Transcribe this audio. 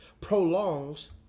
prolongs